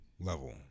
level